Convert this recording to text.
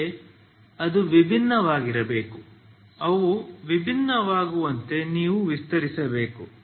ಅಂದರೆ ಅದು ಭಿನ್ನವಾಗಿರಬೇಕು ಅವು ವಿಭಿನ್ನವಾಗುವಂತೆ ನೀವು ವಿಸ್ತರಿಸಬೇಕು